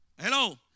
Hello